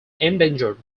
endangered